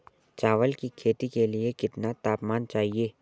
चावल की खेती के लिए कितना तापमान चाहिए?